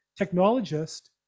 technologist